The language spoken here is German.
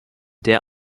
der